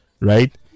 right